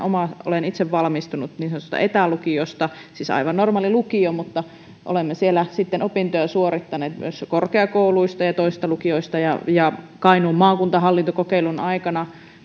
olen itse valmistunut niin sanotusta etälukiosta siis aivan normaali lukio mutta olemme siellä sitten opintoja suorittaneet myös korkeakouluista ja ja toisista lukioista ja ja kainuun maakuntahallintokokeilun aikana